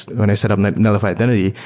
when i set up netlify identity,